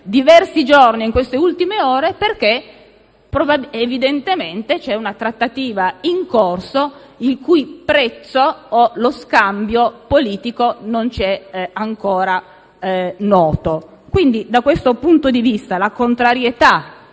questi giorni e in queste ultime ore perché evidentemente c'è una trattativa in corso il cui prezzo o lo scambio politico non è ancora noto. Da questo punto di vista, la contrarietà